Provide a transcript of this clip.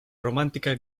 romántica